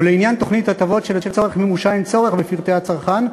ולעניין תוכנית הטבות שלצורך מימושה אין צורך בפרטי הצרכן,